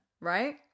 right